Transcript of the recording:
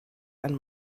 and